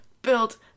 Built